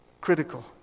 critical